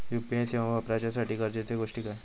UPI सेवा वापराच्यासाठी गरजेचे गोष्टी काय?